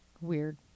Weird